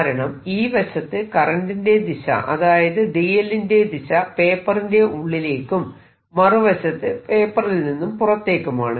കാരണം ഈ വശത്ത് കറന്റിന്റെ ദിശ അതായത് dl ന്റെ ദിശ പേപ്പറിന്റെ ഉള്ളിലേക്കും മറുവശത്ത് പേപ്പറിൽ നിന്നും പുറത്തേക്കുമാണ്